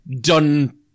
done